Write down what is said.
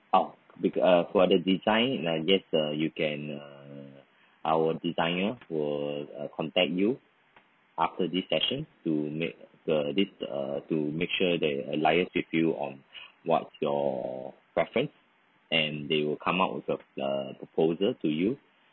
ah for the design uh yes uh you can uh our designer will uh contact you after this session to make the list uh to make sure they liase with you on what's your preference and they will come up with a proposal to you